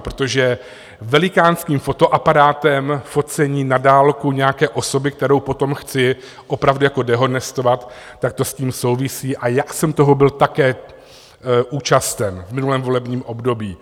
Protože velikánským fotoaparátem focení na dálku nějaké osoby, kterou potom chci opravdu dehonestovat, tak to s tím souvisí, jak jsem toho byl také účasten v minulém volebním období.